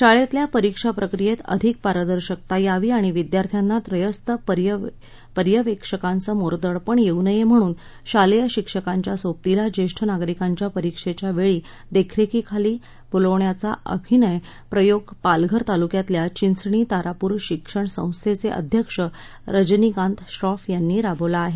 शाळेतल्या परीक्षा प्रक्रियेत अधिक पारदर्शकता यावी आणि विद्यार्थ्यांना त्रयस्थ पर्यवेक्षकासमोर दडपण येऊ नये म्हणून शालेय शिक्षकांच्या सोबतीला ज्येष्ठ नागरिकांना परीक्षेच्या वेळी देखरेखीसाठी बोलवण्याचा अभिनय प्रयोग पालघर तालुक्यातल्या चिंचणी तारापूर शिक्षण संस्थेचे अध्यक्ष रजनीकांत श्रॉफ यांनी राबविला आहे